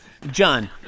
John